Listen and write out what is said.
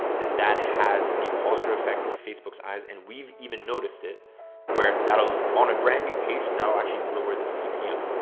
and that has a positive effect in facebook's eyes. and we've even noticed it where that'll on a brand new page that'll actually lower the cpm.